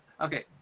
okay